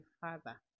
father